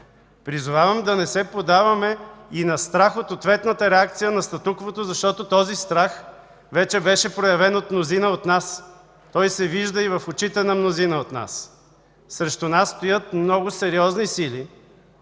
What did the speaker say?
Призовавам да не се поддаваме и на страх от ответната реакция на статуквото, защото този страх вече беше проявен от мнозина от нас. Той се вижда и в очите на мнозина от нас. Срещу нас стоят много сериозни сили